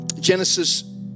Genesis